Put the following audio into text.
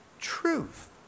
truth